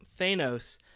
Thanos